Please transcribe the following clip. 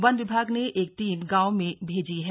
one विभाग ने एक टीम गांव में भेजी है